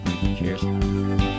Cheers